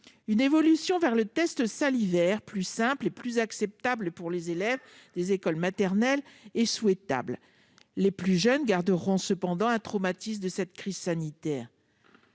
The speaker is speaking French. Une évolution vers le test salivaire, plus simple et plus acceptable pour les élèves des écoles maternelles, est souhaitable. Les plus jeunes garderont cependant un traumatisme de cette crise sanitaire.